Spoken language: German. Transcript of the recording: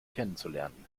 kennenzulernen